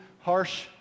harsh